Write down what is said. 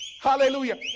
Hallelujah